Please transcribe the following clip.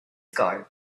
ago